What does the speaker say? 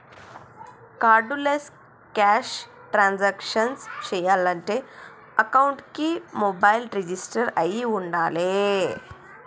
cardless cash transactions చెయ్యాలంటే అకౌంట్కి mobile register అయ్యి వుండాలే